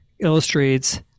illustrates